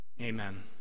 Amen